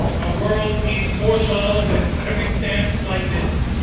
ah world needs more love and every stance like this,